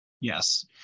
Yes